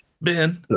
Ben